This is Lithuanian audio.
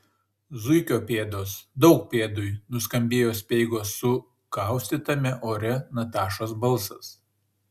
zuikio pėdos daug pėdui nuskambėjo speigo su kaustytame ore natašos balsas